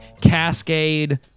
Cascade